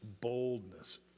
boldness